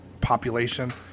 population